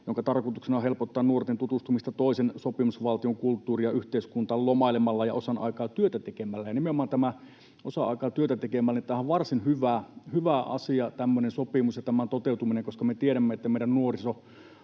jonka tarkoituksena on helpottaa nuorten tutustumista toisen sopimusvaltion kulttuuriin ja yhteiskuntaan lomailemalla ja osan aikaa työtä tekemällä. Nimenomaan tämä ”osan aikaa työtä tekeminen” ja tämmöisen sopimuksen toteutuminen on hyvä asia, koska me tiedämme, että meidän nuoriso